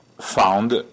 found